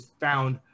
found –